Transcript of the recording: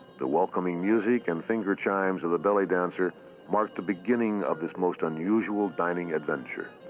the welcoming music and finger chimes of the belly dancer mark the beginning of this most unusual dining adventure.